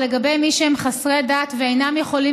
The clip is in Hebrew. ולגבי מי שהם חסרי דת ואינם יכולים